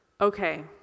okay